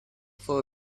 for